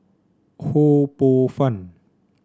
Ho Poh Fun